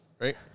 right